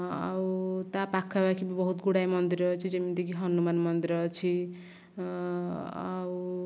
ଆଉ ତା ପାଖପାଖି ବହୁତ ଗୁଡ଼ାଏ ମନ୍ଦିର ଅଛି ଯେମିତିକି ହନୁମାନ ମନ୍ଦିର ଅଛି ଆଉ